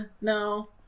no